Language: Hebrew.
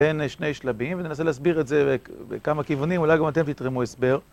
בין שני שלבים, וננסה להסביר את זה בכמה כיוונים, אולי גם אתם תתרמו הסבר.